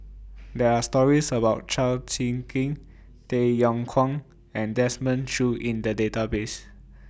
There Are stories about Chao Tzee Cheng Tay Yong Kwang and Desmond Choo in The Database